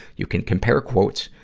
you can compare quotes,